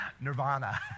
Nirvana